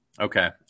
Okay